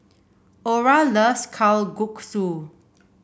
Orra loves Kalguksu